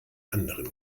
anderen